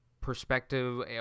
perspective